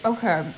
Okay